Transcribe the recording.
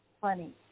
funny